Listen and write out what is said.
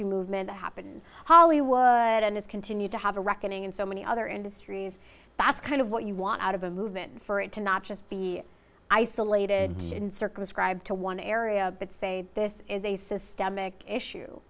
too movement to happen hollywood and it's continued to have a reckoning in so many other industries that's kind of what you want out of a movement for it to not just be isolated and circumscribed to one area but say this is a systemic issue